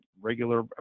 regular